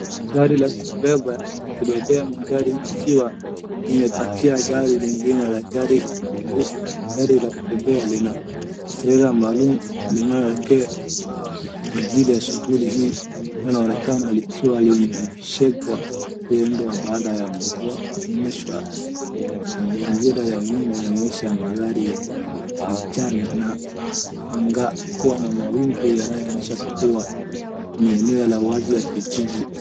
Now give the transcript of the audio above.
Gari la kubebea magari likiwa limepakia gari lingine la gari ya blue . Gari la kubebea lina trela maalum linaloekea kwa ajili ya shughuli hii linaloonekena likiwa limeshekwa mwendo, baada ya mvua kunyesha na mazingira ya nyuma inaonyesha mandhari ya kijani na anga kuwa na mawingu yanayoonyesha kuwa ni eneo la wazi ya kijiji.